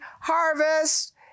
harvest